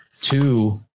two